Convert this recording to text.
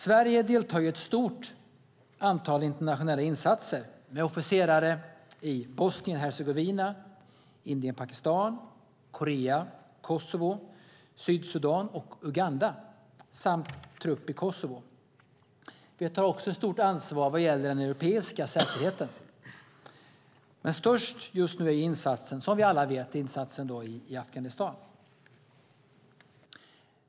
Sverige deltar ju i ett stort antal internationella insatser, med officerare i Bosnien och Hercegovina, Indien och Pakistan, Korea, Kosovo, Sydsudan och Uganda - samt trupp i Kosovo. Vi tar också ett stort ansvar vad gäller den europeiska säkerheten. Men störst just nu är insatsen, som vi alla vet, i Afghanistan.